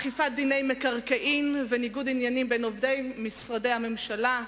אכיפת דיני מקרקעין וניגוד עניינים בין עובדי משרדי הממשלה,